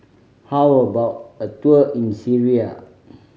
how about a tour in Syria